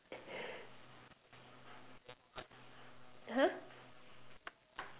!huh!